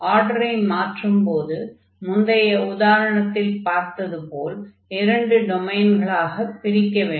ஆர்டரை மாற்றும்போது முந்தைய உதாரணத்தில் பார்த்தது போல இரண்டு டொமைன்களாக பிரிக்க வேண்டும்